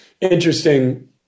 interesting